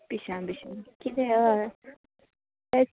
पिशान भशीन किदें हय तेत